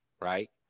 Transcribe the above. right